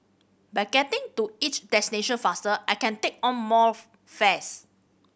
by getting to each destination faster I can take on more fares